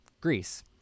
Greece